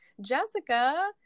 Jessica